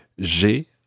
J'ai